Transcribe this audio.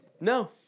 No